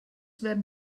werden